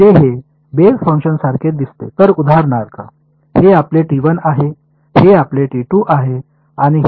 तर उदाहरणार्थ हे आपले आहे हे आपले आहे आणि हे आपले आहे ठीक